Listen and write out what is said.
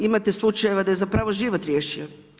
Imate slučajeva da je zapravo život riješio.